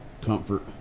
comfort